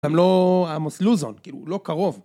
הם לא עמוס לוזון, כאילו, לא קרוב